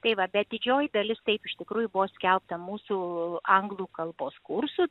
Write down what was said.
tai va bet didžioji dalis taip iš tikrųjų buvo skelbta mūsų anglų kalbos kursų